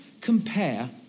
compare